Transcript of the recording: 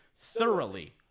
thoroughly